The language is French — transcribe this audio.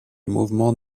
mouvement